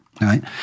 right